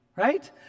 right